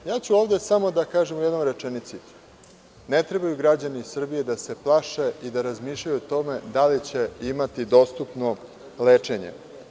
Ovde ću reći samo u jednoj rečenici – ne trebaju građani Srbije da se plaše i da razmišljaju o tome da li će imati dostupno lečenje.